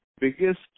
biggest